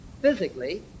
physically